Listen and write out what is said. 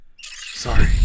Sorry